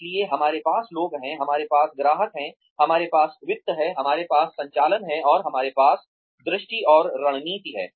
इसलिए हमारे पास लोग हैं हमारे पास ग्राहक हैं हमारे पास वित्त है हमारे पास संचालन हैं और हमारे पास दृष्टि और रणनीति है